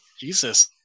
Jesus